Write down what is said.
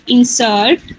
Insert